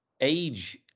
age